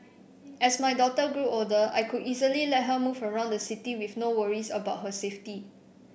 as my daughter grew older I could easily let her move around the city with no worries about her safety